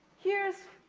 here's,